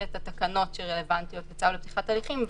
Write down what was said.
את התקנות שרלוונטיות לצו לפתיחת הליכים.